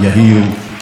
של אני ואני,